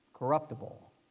Corruptible